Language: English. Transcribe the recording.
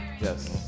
yes